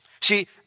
See